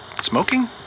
smoking